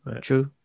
True